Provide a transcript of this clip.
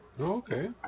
Okay